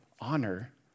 honor